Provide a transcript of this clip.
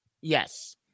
Yes